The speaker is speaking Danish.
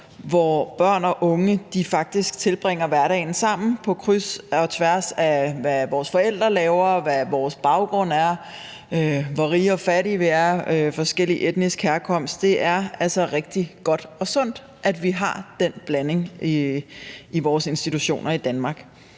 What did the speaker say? hvor børn og unge tilbringer hverdagen sammen på kryds og tværs af, hvad deres forældre laver, hvad deres baggrund er, hvor rige eller fattige man er, og på tværs af forskellig etnisk herkomst. Det er altså rigtig godt og sundt, at vi har den blanding i vores institutioner i Danmark.